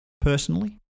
personally